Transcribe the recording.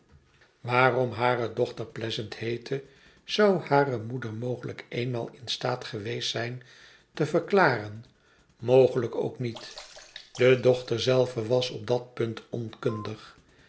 waarom hare dochter pleasant i heette zou hare moeder mogelijk eenmaal in staat geweest zijn te verklaren mogelijk ook niet de dochter zelve was op dat punt onkundig